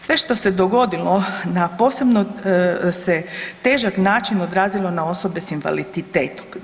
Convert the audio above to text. Sve što se dogodilo na posebno se težak način odrazilo na osobe s invaliditetom.